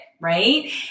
right